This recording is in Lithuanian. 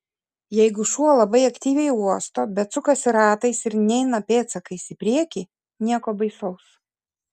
jeigu šuo labai aktyviai uosto bet sukasi ratais ir neina pėdsakais į priekį nieko baisaus